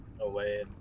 away